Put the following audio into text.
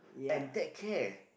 and take care